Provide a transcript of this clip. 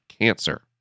cancer